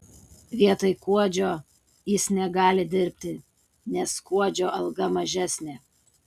vietoj kuodžio jis negali dirbti nes kuodžio alga mažesnė